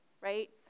right